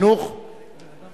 אני רושם את הודעתו, לא